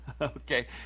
okay